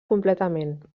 completament